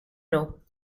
know